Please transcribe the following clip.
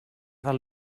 del